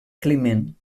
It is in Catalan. climent